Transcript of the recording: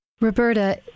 Roberta